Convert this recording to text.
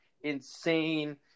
insane